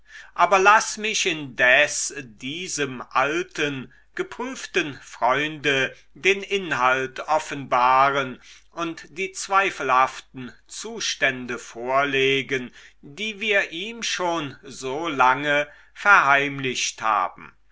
aber laß mich indes diesem alten geprüften freunde den inhalt offenbaren und die zweifelhaften zustände vorlegen die wir ihm schon so lange verheimlicht haben